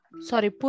Sorry